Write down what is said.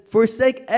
Forsake